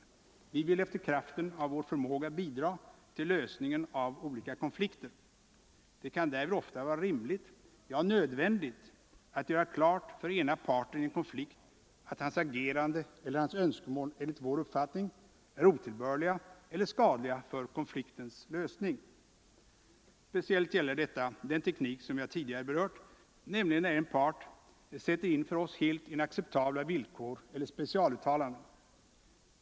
Vi vill efter kraften av vår förmåga bidra till lösningen av olika konflikter. Det kan därvid ofta vara rimligt — ja nödvändigt — att göra klart för ena parten i en konflikt att hans agerande eller hans önskemål enligt vår uppfattning är otillbörliga eller skadliga för konfliktens lösning. Speciellt gäller detta när en part sätter in för oss helt oacceptabla villkor eller specialuttalanden.